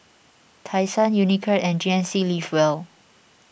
Tai Sun Unicurd and G N C Live Well